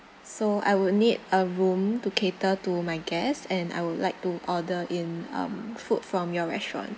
so I would need a room to cater to my guests and I would like to order in um food from your restaurant